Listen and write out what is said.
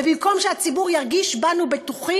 ובמקום שהציבור ירגיש בנו בטוח,